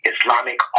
Islamic